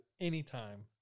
anytime